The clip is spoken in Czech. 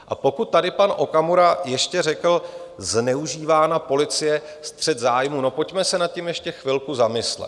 A pokud tady pan Okamura ještě řekl: zneužívána policie, střet zájmů no pojďme se nad tím ještě chvilku zamyslet.